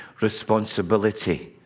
responsibility